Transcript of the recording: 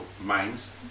minds